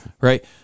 right